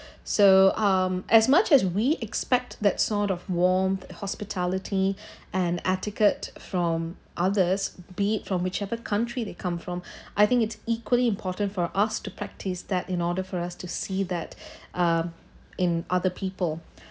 so um as much as we expect that sort of warmth hospitality and etiquette from others be it from whichever country they come from I think it's equally important for us to practice that in order for us to see that um in other people